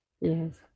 Yes